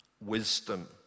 wisdom